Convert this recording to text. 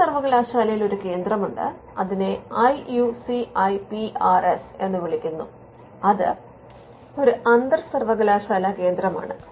കൊച്ചി സർവകലാശാലയിൽ ഒരു കേന്ദ്രം ഉണ്ട് അതിനെ I U C I P R S എന്ന് വിളിക്കുന്നു അത് ഒരു അന്തർ സർവ്വകലാശാലാകേന്ദ്രമാണ്